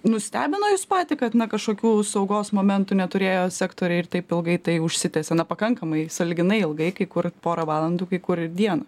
nustebino jus patį kad na kažkokių saugos momentų neturėjo sektoriai ir taip ilgai tai užsitęsė na pakankamai sąlyginai ilgai kai kur porą valandų kai kur dieną